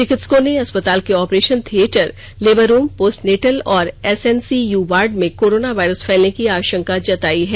चिकित्सकों ने अस्पताल के operation theatre labour room postnatal और S N C U ward में कोरोना वायरस फैलने की आशंका जताई है